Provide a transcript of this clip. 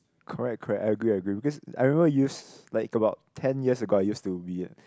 correct correct I agree I agree because I remember use like about ten years ago I used to be a